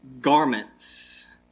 garments